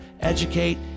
educate